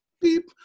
beep